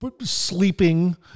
sleeping